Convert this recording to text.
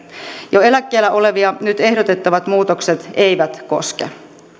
jo eläkkeellä olevia nyt ehdotettavat muutokset eivät koske